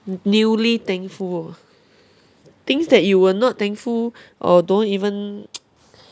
newly thankful things that you were not thankful or don't even